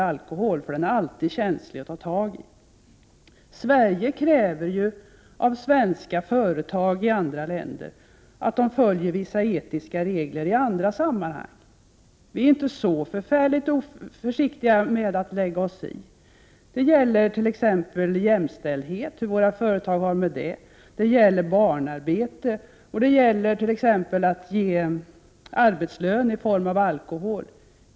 Alkoholfrågan är ju alltid känslig att ta tag i. Sverige kräver av svenska företag i andra länder att de följer vissa etiska regler i andra sammanhang. Vi är inte så färfärligt försiktiga när det gäller att lägga oss i! Det gäller t.ex. hur våra företag har det med jämställdhet, med barnarbete och med att ge arbetslön i form av alkohol.